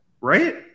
Right